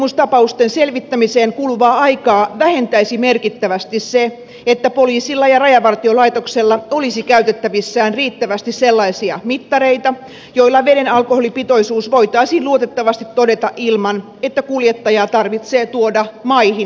vesiliikennejuopumustapausten selvittämiseen kuluvaa aikaa vähentäisi merkittävästi se että poliisilla ja rajavartiolaitoksella olisi käytettävissään riittävästi sellaisia mittareita joilla veren alkoholipitoisuus voitaisiin luotettavasti todeta ilman että kuljettajaa tarvitsee tuoda maihin erillisiin mittauksiin